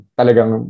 talagang